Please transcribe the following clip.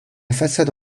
façade